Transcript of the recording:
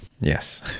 Yes